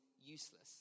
useless